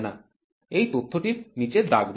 এই তথ্যটির নিচে দাগ দিন